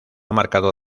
marcado